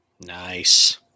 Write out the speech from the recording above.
Nice